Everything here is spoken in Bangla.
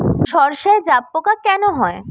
সর্ষায় জাবপোকা কেন হয়?